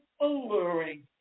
alluring